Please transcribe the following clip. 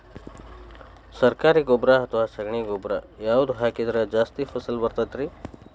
ಸರಕಾರಿ ಗೊಬ್ಬರ ಅಥವಾ ಸಗಣಿ ಗೊಬ್ಬರ ಯಾವ್ದು ಹಾಕಿದ್ರ ಜಾಸ್ತಿ ಫಸಲು ಬರತೈತ್ರಿ?